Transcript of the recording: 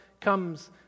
comes